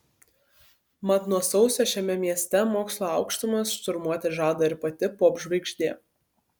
mat nuo sausio šiame mieste mokslo aukštumas šturmuoti žada ir pati popžvaigždė